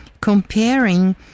comparing